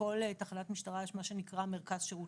בכל תחנת משטרה יש מה שנקרא מרכז שירות